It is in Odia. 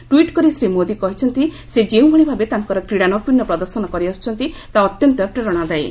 ଟ୍ୱିଟ୍ କରି ଶ୍ରୀ ମୋଦି କହିଛନ୍ତି ସେ ଯେଉଁଭଳି ଭାବେ ତାଙ୍କ କ୍ରୀଡ଼ାନୈପୁଣ୍ୟ ପ୍ରଦର୍ଶନ କରିଆସୁଛନ୍ତି ତାହା ଅତ୍ୟନ୍ତ ପ୍ରେରଣାଦାୟୀ